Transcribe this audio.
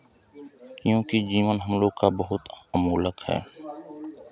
क्योंकि जीवन हमलोग का बहुत अमोलक है